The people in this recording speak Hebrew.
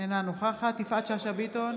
אינה נוכחת יפעת שאשא ביטון,